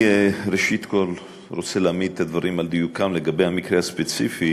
ראשית אני רוצה להעמיד את הדברים על דיוקם לגבי המקרה הספציפי